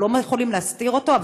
אנחנו לא יכולים להסתיר אותו.